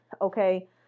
Okay